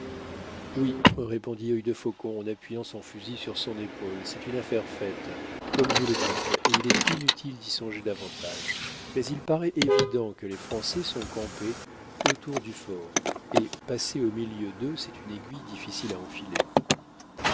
oui répondit œil de faucon en appuyant son fusil sur son épaule c'est une affaire faite comme vous le dites et il est inutile d'y songer davantage mais il paraît évident que les français sont campés autour du fort et passer au milieu d'eux c'est une aiguille difficile à enfiler